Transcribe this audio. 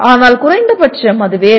ஆனால் குறைந்தபட்சம் அது வேறு